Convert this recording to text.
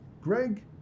Greg